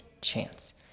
chance